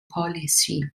policy